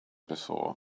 before